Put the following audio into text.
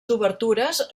obertures